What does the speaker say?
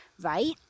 right